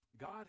God